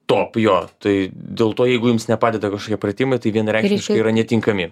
top jo tai dėl to jeigu jums nepadeda kašokie pratimai tai vienareikšmiškai yra netinkami